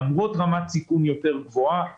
למרות רמת סיכון גבוהה יותר,